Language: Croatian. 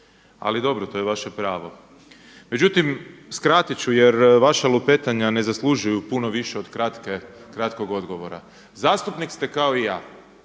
Ali dobro, to je vaše pravo. Međutim, skratit ću jer vaša lupetanja ne zaslužuju puno više od kratkog odgovora. Zastupnik ste kao i ja.